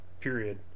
Period